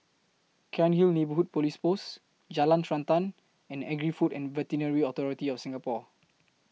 Cairnhill Neighbourhood Police Post Jalan Srantan and Agri Food and Veterinary Authority of Singapore